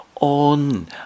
on